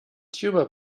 tuba